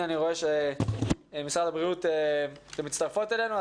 אני רואה שנציגות משרד הבריאות מצטרפות אלינו.